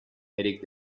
erik